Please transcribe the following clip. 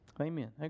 Amen